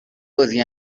بازی